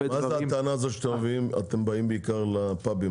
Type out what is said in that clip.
זאת הטענה הזאת שאתם באים בעיקר על הפאבים?